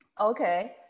Okay